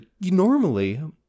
normally